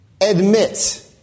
admit